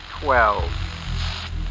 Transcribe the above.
twelve